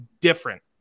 different